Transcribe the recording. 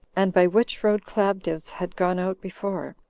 and by which road claudius had gone out before,